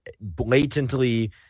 blatantly